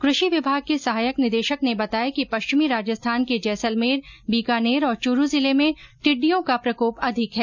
कृषि विभाग के सहायक निदेशक ने बताया कि पश्चिमी राजस्थान के जैसलमेर बीकानेर और चुरू जिले में टिडडियों का प्रकोप अधिक है